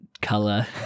color